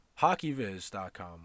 HockeyViz.com